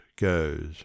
goes